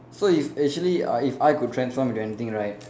so it's actually uh if I could transform into anything right